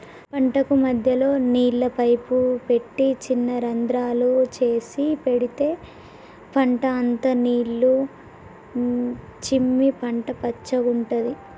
పంటకు మధ్యలో నీళ్ల పైపు పెట్టి చిన్న రంద్రాలు చేసి పెడితే పంట అంత నీళ్లు చిమ్మి పంట పచ్చగుంటది